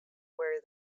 were